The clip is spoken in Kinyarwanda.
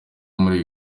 muri